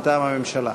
מטעם הממשלה.